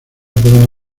pueden